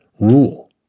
rule